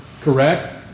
Correct